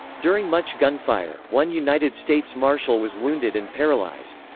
during much gunfire, one united states marshal was wounded and paralyzed.